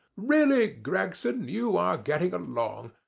really, gregson, you are getting along.